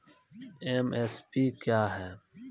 MSP क्या है?